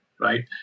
right